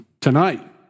tonight